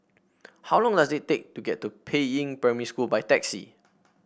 how long does it take to get to Peiying Primary School by taxi